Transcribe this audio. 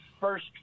first